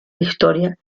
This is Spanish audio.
historia